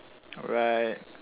alright